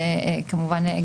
כמובן,